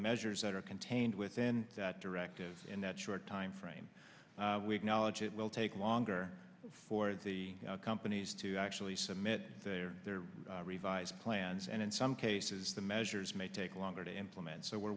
measures that are contained within that directive in that short timeframe we've knowledge it will take longer for the companies to actually submit their revised plans and in some cases the measures may take longer to implement so we're